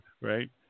Right